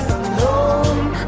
alone